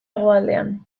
hegoaldean